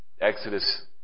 Exodus